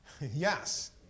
Yes